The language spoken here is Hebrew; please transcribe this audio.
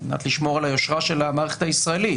על מנת לשמור על היושרה של המערכת הישראלית.